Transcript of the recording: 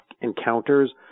encounters